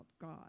God